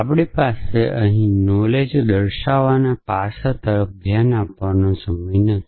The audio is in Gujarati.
આપણી પાસે અહીં નોલેજ દર્શાવાના પાસા તરફ ધ્યાન આપવાનો સમય નથી